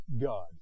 God